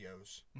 videos